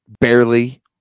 barely